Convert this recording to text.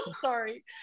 sorry